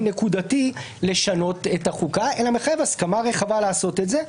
נקודתי לשנות את החוקה אלא מחייב הסכמה רחבה לעשות את זה,